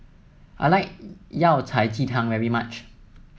I like Yao Cai Ji Tang very much